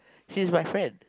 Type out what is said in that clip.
she is my friend